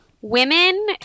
women